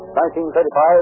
1935